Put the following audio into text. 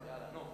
יאללה, נו.